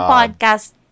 Podcast